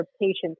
patient's